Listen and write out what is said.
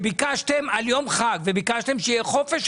לא הייתה פעם אחת שביקשתם יום חג וביקשתם שיהיה חופש,